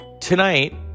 Tonight